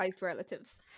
relatives